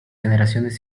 generaciones